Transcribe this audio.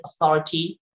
Authority